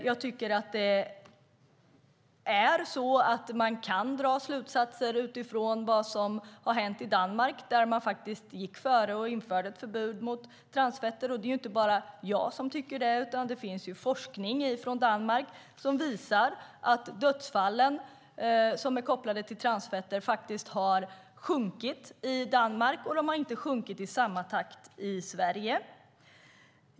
Jag tycker att man kan dra slutsatser utifrån vad som har hänt i Danmark, där man gick före och införde förbud mot transfetter. Det är inte bara jag som tycker det, utan det finns forskning från Danmark som visar att de dödsfall som är kopplade till transfetter har sjunkit i Danmark. De har inte sjunkit i samma takt i Sverige.